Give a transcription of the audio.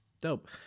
Dope